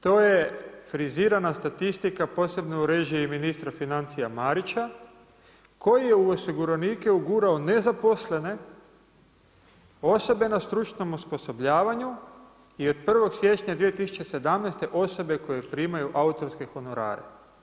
To je frizirana statistika posebno u režiji ministra financija Marića koji je u osiguranike ugurao nezaposlene osobe na stručnom osposobljavanju i od 1. siječnja 2017. osobe koje primaju autorske honorare.